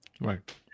Right